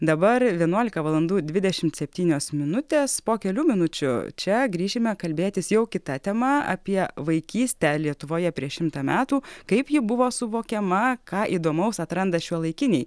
dabar vienuolika valandų dvidešimt septynios minutės po kelių minučių čia grįšime kalbėtis jau kita tema apie vaikystę lietuvoje prieš šimtą metų kaip ji buvo suvokiama ką įdomaus atranda šiuolaikiniai